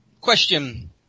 Question